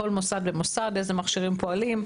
בכל מוסד ומוסד איזה מכשירים פועלים.